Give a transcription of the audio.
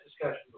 discussion